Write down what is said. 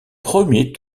premier